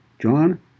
John